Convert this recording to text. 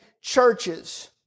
churches